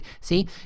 see